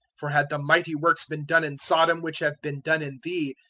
for had the mighty works been done in sodom which have been done in thee,